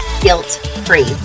guilt-free